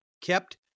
kept